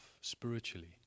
spiritually